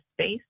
space